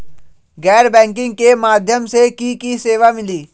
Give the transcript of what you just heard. गैर बैंकिंग के माध्यम से की की सेवा मिली?